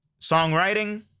songwriting